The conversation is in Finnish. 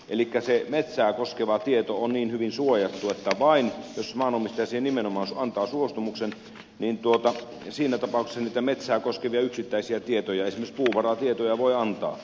elikkä se metsää koskeva tieto on niin hyvin suojattu että vain siinä tapauksessa jos maanomistaja siihen nimenomaan antaa suostumuksen niitä metsää koskevia yksittäisiä tietoja esimerkiksi puuvaratietoja voi antaa